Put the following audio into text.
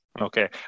Okay